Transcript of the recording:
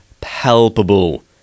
palpable